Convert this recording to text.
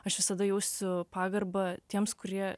aš visada jausiu pagarbą tiems kurie